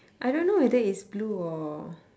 I don't know whether it's blue or